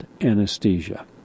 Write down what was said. anesthesia